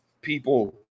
people